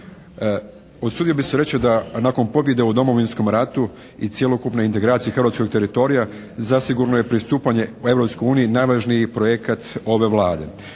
Usudio bih se reći da nakon pobjede u Domovinskom ratu i cjelokupne integracije hrvatskog teritorija zasigurno je pristupanje Europskoj uniji najvažniji projekat ove Vlade.